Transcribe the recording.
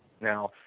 Now